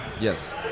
Yes